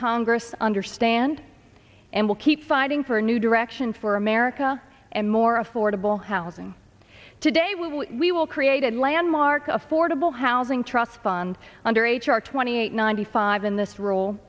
congress understand and will keep fighting for a new direction for america and more affordable housing today we will we will create a landmark affordable housing trust fund under h r twenty eight ninety five in this role